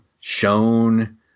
shown